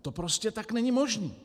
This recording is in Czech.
To prostě tak není možné.